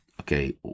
Okay